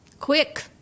Quick